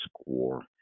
score